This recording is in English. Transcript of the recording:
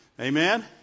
Amen